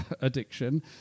addiction